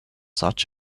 such